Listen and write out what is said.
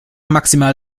maximal